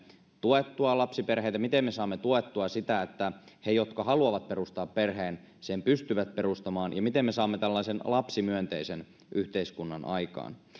tuettua lapsiperheitä miten me saamme tuettua sitä että he jotka haluavat perustaa perheen sen pystyvät perustamaan ja miten me saamme tällaisen lapsimyönteisen yhteiskunnan aikaan